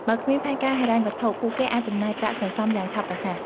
បើគ្មានផែនការហិរញ្ញវត្ថុ ពួកគេអាចចំណាយប្រាក់សន្សំយ៉ាងឆាប់រហ័ស។